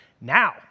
Now